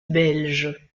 belge